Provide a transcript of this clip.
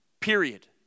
Period